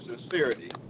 sincerity